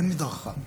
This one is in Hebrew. אין מדרכה.